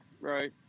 Right